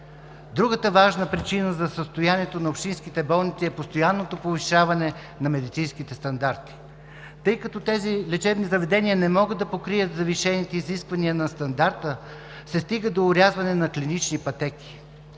Другата важна причина за състоянието на общинските болници е постоянното повишаване на медицинските стандарти. Тъй като тези лечебни заведения не могат да покрият завишените изисквания на стандарта, се стига до орязване на клинични пътеки,